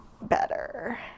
better